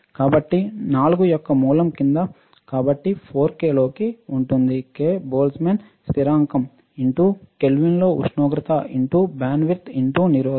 కాబట్టి 4 యొక్క మూలం కింద కాబట్టి 4 k లోకి ఉంటుంది k బోల్ట్జ్మాన్ స్థిరాంకం into కెల్విన్లో ఉష్ణోగ్రత into బ్యాండ్విడ్త్ into నిరోధకత